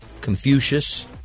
Confucius